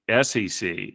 SEC